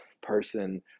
person